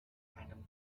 atom